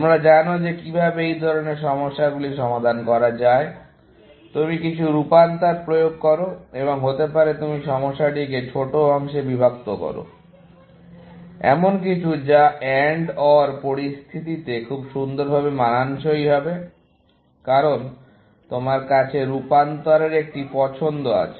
তোমরা জানো যে কিভাবে এই ধরনের সমস্যাগুলি সমাধান করা যায় তুমি কিছু রূপান্তর প্রয়োগ করো এবং হতে পারে তুমি সমস্যাটিকে ছোট ছোট অংশে বিভক্ত করো এমন কিছু যা AND OR পরিস্থিতিতে খুব সুন্দরভাবে মানানসই হবে কারণ তোমার কাছে রূপান্তরের একটি পছন্দ আছে